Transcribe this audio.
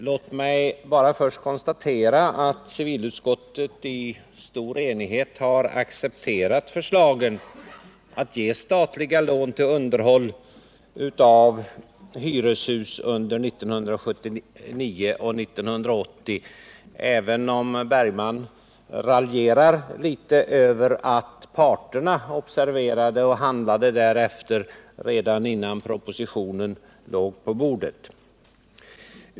Låt mig bara först konstatera att civilutskottet i stor enighet har accepterat förslagen att ge statliga lån till underhåll av hyreshus under 1979 och 1980, även om Per Bergman raljerar litet över att parterna observerade denna möjlighet och handlade därefter redan innan propositionen låg på bordet.